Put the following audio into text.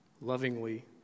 lovingly